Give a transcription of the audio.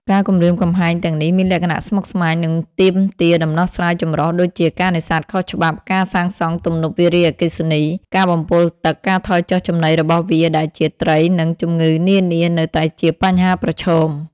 ការគំរាមកំហែងទាំងនេះមានលក្ខណៈស្មុគស្មាញ និងទាមទារដំណោះស្រាយចម្រុះ ដូចជា ការនេសាទខុសច្បាប់ ការសាងសង់ទំនប់វារីអគ្គិសនី ការបំពុលទឹក ការថយចុះចំណីរបស់វាដែលជាត្រី និងជំងឺនានានៅតែជាបញ្ហាប្រឈម។